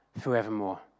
forevermore